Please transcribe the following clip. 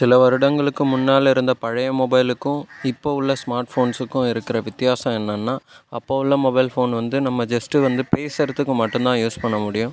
சில வருடங்களுக்கு முன்னால் இருந்த பழைய மொபைலுக்கும் இப்போ உள்ள ஸ்மார்ட் ஃபோன்ஸுக்கும் இருக்குகிற வித்தியாசம் என்னென்னா அப்போ உள்ள மொபைல் ஃபோன் வந்து நம்ம ஜஸ்ட் வந்து பேசுகிறதுக்கு மட்டும் தான் யூஸ் பண்ண முடியும்